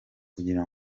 kugira